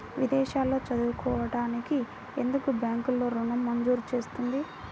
విదేశాల్లో చదువుకోవడానికి ఎందుకు బ్యాంక్లలో ఋణం మంజూరు చేస్తుంది?